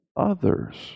others